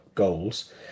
goals